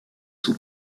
son